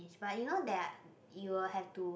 but you know that you will have to